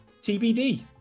TBD